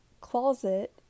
closet